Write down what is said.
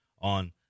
on